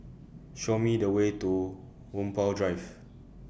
Show Me The Way to Whampoa Drive